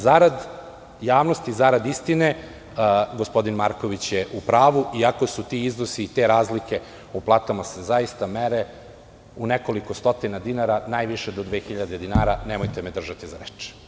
Zarad javnosti i zarad istine, gospodin Marković je u pravu, iako se ti iznosi i te razlike u platama se zaista mere u nekoliko stotina dinara, najviše do 2.000 dinara, nemojte me držati za reč.